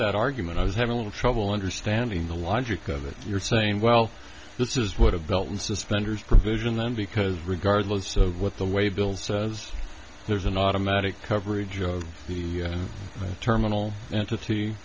that argument i was having a little trouble understanding the logic of it you're saying well this is what a belt and suspenders provision then because regardless of what the way bill says there's an automatic coverage of the terminal entity